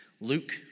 Luke